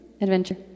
adventure